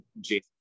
Jason